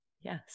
Yes